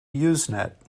usenet